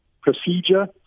procedure